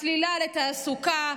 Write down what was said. מסלילה לתעסוקה,